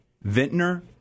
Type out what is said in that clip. vintner